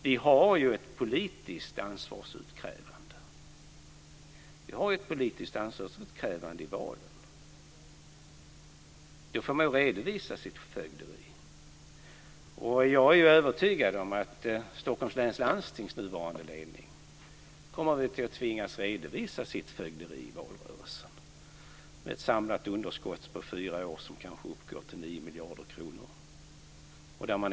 Vi har ett politiskt ansvarsutkrävande i valen. Då får man redovisa sitt fögderi. Jag är övertygad om att Stockholms läns landstings nuvarande ledning kommer att tvingas redovisa sitt fögderi i valrörelsen, med ett samlat underskott som kanske uppgår till 9 miljarder kronor för fyra år.